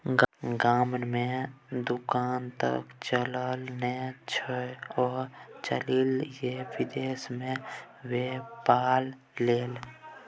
गाममे दोकान त चलय नै छौ आ चललही ये विदेश मे बेपार लेल